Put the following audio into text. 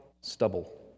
stubble